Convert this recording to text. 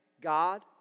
God